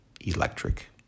electric